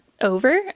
over